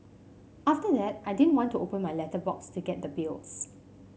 after that I didn't want to open my letterbox to get the bills